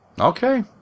Okay